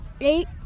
Eight